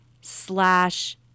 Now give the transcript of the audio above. slash